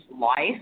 life